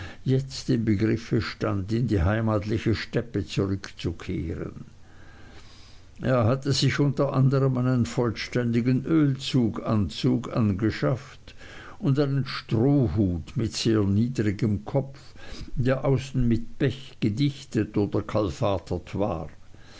jetzt im begriffe stand in die heimatliche steppe zurückzukehren er hatte sich unter anderm einen vollständigen ölzeuganzug angeschafft und einen strohhut mit sehr niedrigem kopf der außen mit pech gedichtet oder kalfatert war